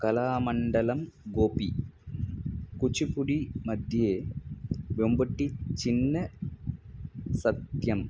कलामण्डलं गोपि कुचुपुडिमध्ये व्योम्बट्टि चिन्न सत्यम्